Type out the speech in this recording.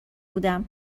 بودم